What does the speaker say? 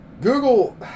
Google